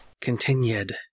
continued